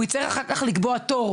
הוא יצטרך אחר כך לקבוע תור,